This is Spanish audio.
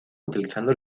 utilizando